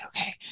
okay